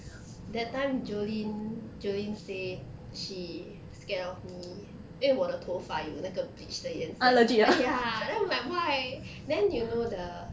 that time jolene jolene say she scared of me 因为我的头发有那个 bleach 的颜色 ya then I'm like why then you know the